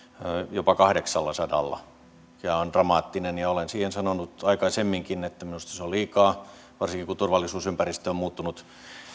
jopa kahdeksallasadalla mikä on dramaattinen lasku olen siihen sanonut aikaisemminkin että minusta se on liikaa varsinkin kun turvallisuusympäristö on muuttunut